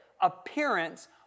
Appearance